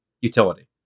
utility